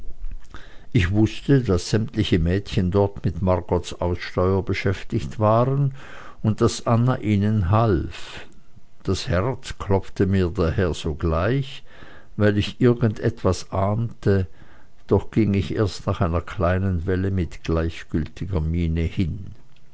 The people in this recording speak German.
ich wußte daß sämtliche mädchen dort mit margots aussteuer beschäftigt waren und daß anna ihnen half das herz klopfte mir daher sogleich weil ich irgend etwas ahnte doch ging ich erst nach einer kleinen weile mit gleichgültiger miene hin